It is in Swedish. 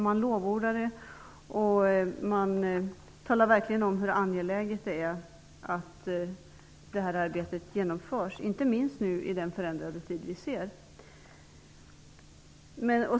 Man lovordar det, man talar verkligen om hur angeläget det är att detta arbete genomförs, inte minst i den förändrade tid som vi nu lever i.